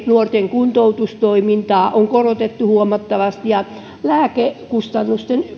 ja nuorten kuntoutustoimintaa on korotettu huomattavasti ja lääkekustannusten